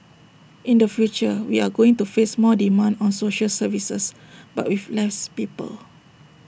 in the future we are going to face more demand on social services but with less people